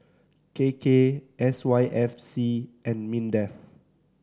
K K S Y F C and MINDEF